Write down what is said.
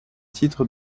titre